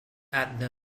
edna